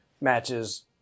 matches